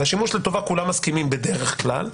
על השימוש לטובה כולם מסכימים בדרך כלל,